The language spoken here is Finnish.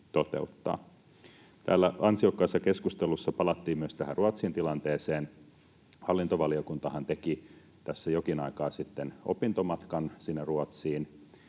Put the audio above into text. Täällä ansiokkaassa keskustelussa palattiin myös Ruotsin tilanteeseen. Hallintovaliokuntahan teki tässä jokin aika sitten opintomatkan sinne Ruotsiin.